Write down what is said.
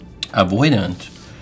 avoidant